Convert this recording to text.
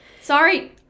sorry